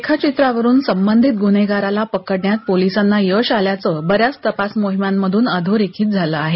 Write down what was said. रेखाचित्रावरून संबंधित गुन्हेगाराला पकडण्यात पोलिसांना यश आल्याचं बऱ्याच तपास मोहिमांमधून अधोरेखित झालं आहे